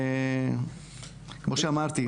וכמו שאמרתי,